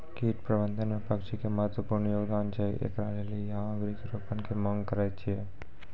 कीट प्रबंधन मे पक्षी के महत्वपूर्ण योगदान छैय, इकरे लेली यहाँ वृक्ष रोपण के मांग करेय छैय?